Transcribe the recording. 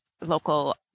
local